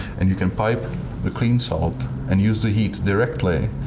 and you can pipe the clean salt and use the heat directly.